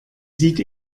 sieht